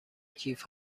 کیف